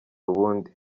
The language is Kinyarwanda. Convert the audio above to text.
ubundi